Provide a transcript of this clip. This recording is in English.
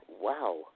wow